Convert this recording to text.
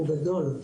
הוא גדול,